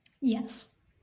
Yes